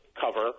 cover